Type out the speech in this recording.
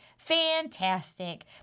Fantastic